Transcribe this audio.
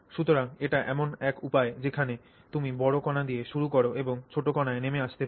সুতরাং এটি এমন এক উপায় যেখানে তুমি বড় কণা দিয়ে শুরু কর এবং ছোট কণায় নেমে আসতে পার